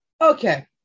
okay